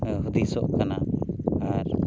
ᱦᱩᱫᱤᱥᱚᱜ ᱠᱟᱱᱟ ᱟᱨ